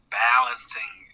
balancing